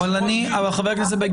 חבריי,